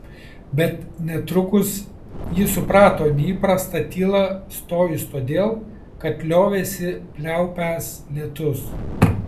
bet netrukus ji suprato neįprastą tylą stojus todėl kad liovėsi pliaupęs lietus